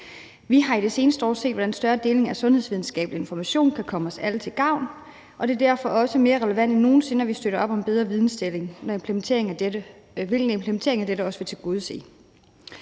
Vi har i det seneste år set, hvordan en større deling af sundhedsvidenskabelig information kan komme os alle til gavn, og det er derfor også mere relevant end nogen sinde, at vi støtter op om bedre vidensdeling, hvilket implementeringen af dette også vil tilgodese.